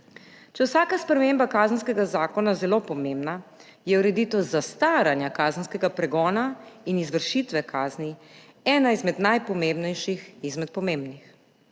je vsaka sprememba kazenskega zakona zelo pomembna, je ureditev zastaranja kazenskega pregona in izvršitve kazni ena izmed najpomembnejših izmed pomembnih.